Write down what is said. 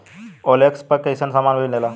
OLX पर कइसन सामान मीलेला?